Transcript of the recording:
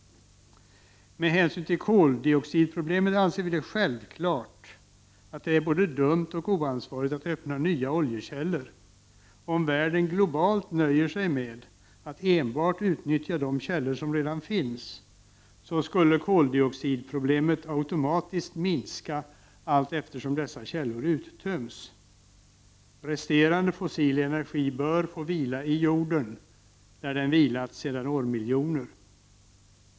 Med hänsyn till koldioxidproblemet anser vi självfallet att det är både dumt och oansvarigt att söka öppna nya oljekällor. Om världen globalt nöjer sig med att enbart utnyttja de källor som redan finns, skulle koldioxidproblemet automatiskt minska allteftersom dessa källor uttöms. Resterande fossil energi bör få vila i jorden där den vilat sedan årmiljoner tillbaka.